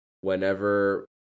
whenever